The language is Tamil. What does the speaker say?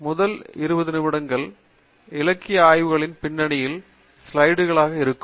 முதல் இருபது நிமிடங்கள் இலக்கிய ஆய்வுகளின் பின்னணியில் ஸ்லைடுகளாக இருக்கும்